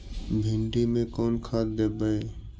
भिंडी में कोन खाद देबै?